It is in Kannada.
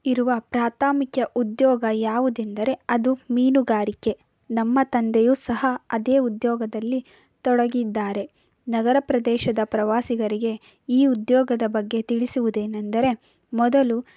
ಇರುವ ಪ್ರಾಥಮಿಕ ಉದ್ಯೋಗ ಯಾವುದೆಂದರೆ ಅದು ಮೀನುಗಾರಿಕೆ ನಮ್ಮ ತಂದೆಯು ಸಹ ಅದೇ ಉದ್ಯೋಗದಲ್ಲಿ ತೊಡಗಿದ್ದಾರೆ ನಗರ ಪ್ರದೇಶದ ಪ್ರವಾಸಿಗರಿಗೆ ಈ ಉದ್ಯೋಗದ ಬಗ್ಗೆ ತಿಳಿಸುವುದೇನೆಂದರೆ ಮೊದಲು